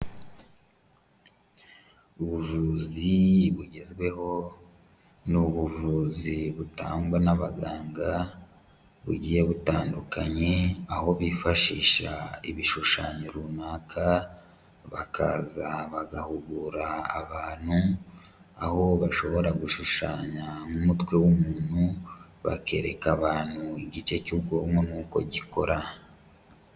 Ubuvuzi bugezweho, ni ubuvuzi butangwa n'abaganga bugiye butandukanye, aho bifashisha ibishushanyo runaka bakaza bagahugura abantu, aho bashobora gushushanya nk'umutwe w'umuntu bakereka abantu igice cy'ubwonko n'uko gikora.